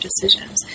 decisions